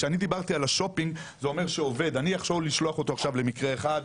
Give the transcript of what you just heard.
כשאני דיברתי על השופינג אני יכול לשלוח אותו עכשיו למקרה אחד,